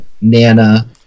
nana